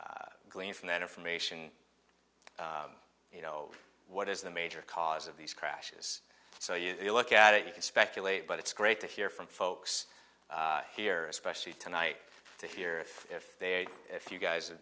to glean from that information you know what is the major cause of these crashes so you look at it you can speculate but it's great to hear from folks here especially tonight to hear if they if you guys